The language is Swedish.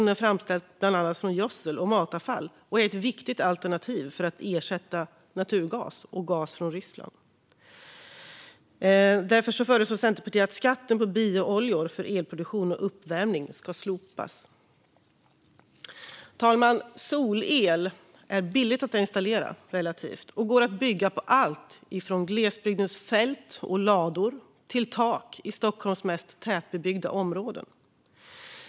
Den framställs bland annat från gödsel och matavfall och är ett viktigt alternativ för att ersätta naturgas och gas från Ryssland. Därför föreslår Centerpartiet att skatten på biooljor för elproduktion och uppvärmning ska slopas. Fru talman! Solel är relativt billigt att installera och går att bygga på allt från glesbygdens fält och lador till tak i Stockholms mest tätbebyggda områden.